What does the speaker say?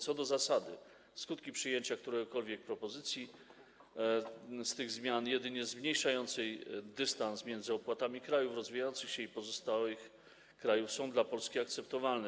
Co do zasady skutki przyjęcia którejkolwiek propozycji z tych zmian, jedynie zmniejszającej dystans między opłatami krajów rozwijających się i pozostałych krajów, są dla Polski akceptowalne.